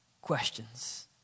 questions